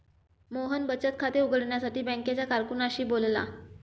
मोहन बचत खाते उघडण्यासाठी बँकेच्या कारकुनाशी बोलला